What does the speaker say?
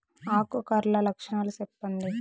ఆకు కర్ల లక్షణాలు సెప్పండి